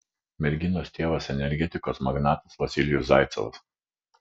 merginos tėvas energetikos magnatas vasilijus zaicevas